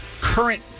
current